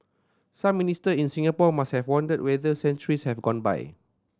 some Minister in Singapore must have wondered whether centuries have gone by